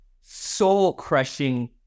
soul-crushing